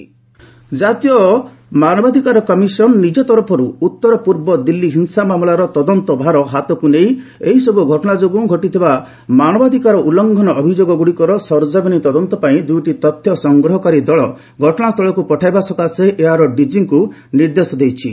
NHRC investigation ଜାତୀୟ ମାନବାଧିକାର କମିଶନ ନିଜ ତରଫରୁ ଉତ୍ତରପୂର୍ବ ଦିଲ୍ଲୀ ହିଂସା ମାମଲାର ତଦନ୍ତ ଭାର ହାତକୁ ନେଇ ଏହିସବୁ ଘଟଣା ଯୋଗୁଁ ଘଟିଥିବା ମାନବାଧିକାର ଉଲ୍ଲୁଂଘନ ଅଭିଯୋଗ ଗୁଡିକର ସରକମିନ ତଦନ୍ତ ପାଇଁ ଦୁଇଟି ତଥ୍ୟ ସଂଗ୍ରହକାରୀ ଦଳ ଘଟଣାସ୍ଥଳକୁ ପଠାଇବା ସକାଶେ ଏହାର ଡିଜିଙ୍କୁ ନିର୍ଦ୍ଦେଶ ଦେଇଛି